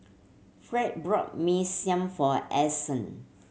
Fed bought Mee Siam for Allyson